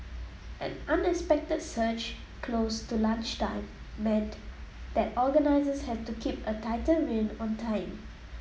an unexpected surge close to lunchtime meant that organisers had to keep a tighter rein on time